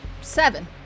Seven